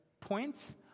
points